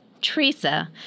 Teresa